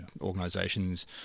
organisations